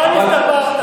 תראה איזה חיוך,